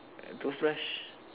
toothbrush